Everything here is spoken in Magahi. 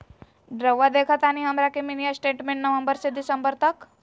रहुआ देखतानी हमरा के मिनी स्टेटमेंट नवंबर से दिसंबर तक?